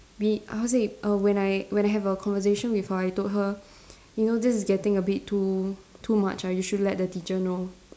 b~ I would say err when I when I have a conversation with her I told her you know this is getting a bit too too much ah you should let the teacher know